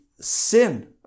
sin